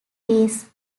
les